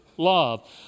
love